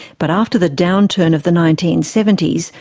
but after the downturn of the nineteen seventy s,